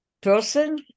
person